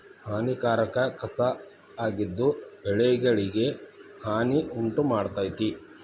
ಹಾನಿಕಾರಕ ಕಸಾ ಆಗಿದ್ದು ಬೆಳೆಗಳಿಗೆ ಹಾನಿ ಉಂಟಮಾಡ್ತತಿ